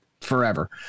forever